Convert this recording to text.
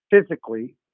physically